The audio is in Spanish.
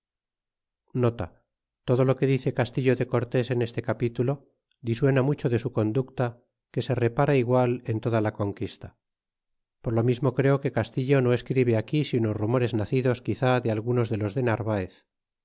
todo lo que dice'castillo de cortés en este capítulo disuena mucho de su conducta que se repara igual en toda la conquista por lo mismo creo que castillo no escribe aquí sino rumores nacidos quizá de algunos de los de narvaez